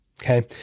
Okay